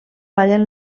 ballen